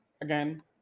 again